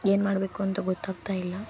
ಏನು ಮಾಡಬೇಕು ಅಂತ ಗೊತ್ತಾಗ್ತಾ ಇಲ್ಲ